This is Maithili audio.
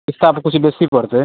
हिस्सा तऽ किछु बेसी पड़तै